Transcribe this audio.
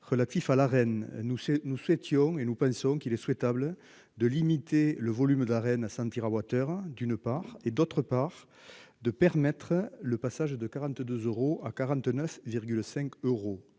relatifs à la reine, nous c'est nous étions et nous pensons qu'il est souhaitable de limiter le volume de la reine à San TWh d'une part et d'autre part, de permettre le passage de 42 euros à 49,5 euros.